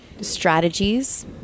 strategies